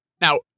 Now